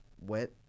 wet